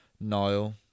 Niall